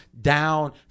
down